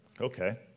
Okay